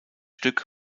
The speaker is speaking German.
stück